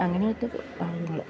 അങ്ങനെയൊക്കെ കാര്യങ്ങൾ